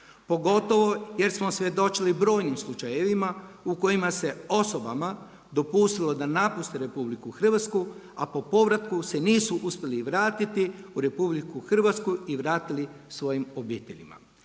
pogotovo jer smo svjedočili brojnim slučajevima u kojima se osobama dopustilo da napuste RH, a po povratu se nisu uspjeli vratiti u RH i vratili svojim obiteljima.